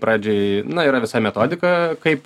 pradžioj na yra visa metodika kaip